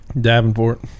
Davenport